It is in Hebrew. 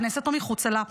בכנסת או מחוצה לה,